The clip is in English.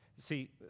See